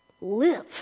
live